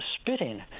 spitting